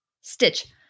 stitch